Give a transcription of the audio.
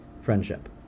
friendship